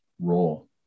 role